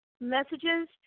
messages